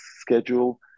schedule